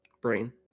brain